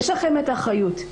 יש לכם את האחריות.